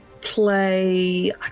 play